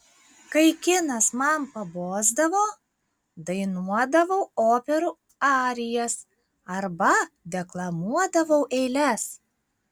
kai kinas man pabosdavo dainuodavau operų arijas arba deklamuodavau eiles